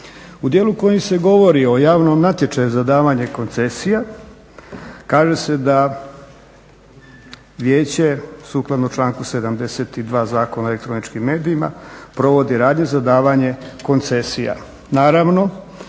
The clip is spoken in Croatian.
U dijelu u kojem se govori o javnom natječaju za davanje koncesija, kaže se da vijeće sukladno članku 72. Zakona o elektroničkim medijima provodi radnju za davanje koncesija.